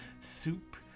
soup